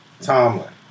Tomlin